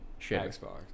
Xbox